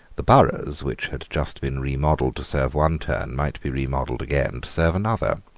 the boroughs, which had just been remodelled to serve one turn, might be remodelled again to serve another.